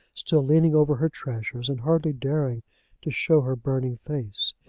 still leaning over her treasures, and hardly daring to show her burning face.